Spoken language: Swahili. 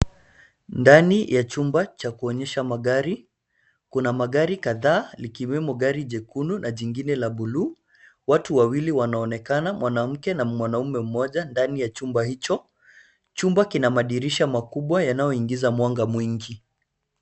Ndani ya chumba cha kuonyesha magari, kuna magari kadhaa, likiwemo gari jekundu na jingine la bluu. Watu wawili wanaonekana; mwanamke na mwanaume mmoja ndani ya chumba hicho. Chumba kina madirisha makubwa yanayoingiza mwanga mwingi.